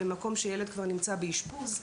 במקום שילד כבר נמצא באשפוז,